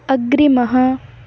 अग्रिमः